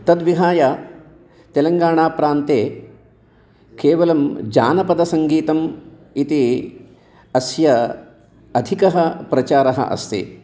तद् विहाय तेलङ्गणाप्रान्ते केवलं जानपदसङ्गीतम् इति अस्य अधिकः प्रचारः अस्ति